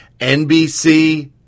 NBC